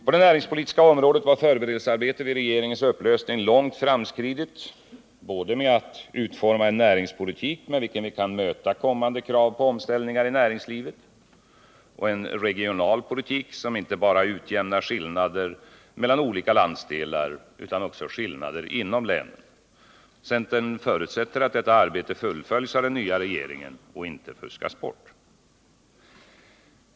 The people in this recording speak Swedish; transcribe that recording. På det näringspolitiska området var förberedelsearbetet vid regeringens upplösning långt framskridet med att utforma både en näringspolitik med vilken vi kan möta kommande krav på omställningar i näringslivet och en regionalpolitik som inte bara utjämnar skillnader mellan olika landsdelar utan också skillnader inom länen. Centern förutsätter att detta arbete fullföljs av den nya regeringen och inte fuskas bort.